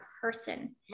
person